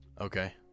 Okay